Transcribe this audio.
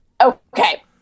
Okay